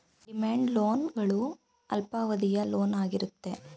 demand loan ಗಳು ಅಲ್ಪಾವಧಿಯ loan ಆಗಿರುತ್ತೆ